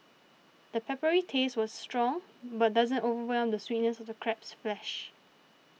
the peppery taste was strong but doesn't overwhelm the sweetness of crab's flesh